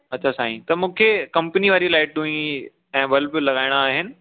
अच्छा साईं त मूंखे कंपनी वारी लाइटू ही ऐं बल्ब लॻाइणा आहिनि